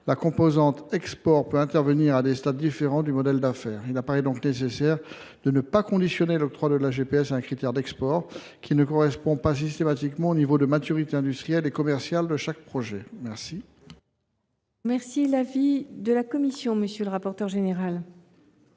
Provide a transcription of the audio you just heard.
la composante export peut intervenir à des stades différents du modèle d’affaires. Il apparaît donc nécessaire de ne pas conditionner l’octroi de la GPS à un critère d’export qui ne correspond pas systématiquement au niveau de maturité industrielle et commerciale des projets. Quel est l’avis de la commission ? Favorable.